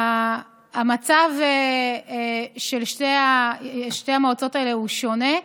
המצב של שתי המועצות האלה הוא שונה.